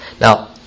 Now